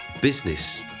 business